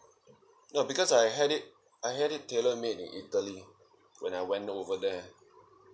no because I had it I had it tailor made in italy when I went over there